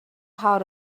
how